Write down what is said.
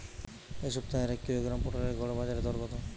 এ সপ্তাহের এক কিলোগ্রাম পটলের গড় বাজারে দর কত?